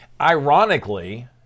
Ironically